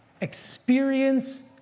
experience